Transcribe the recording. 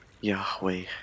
Yahweh